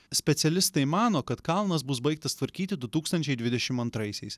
specialistai mano kad kalnas bus baigtas tvarkyti du tūkstančiai dvidešimt antraisiais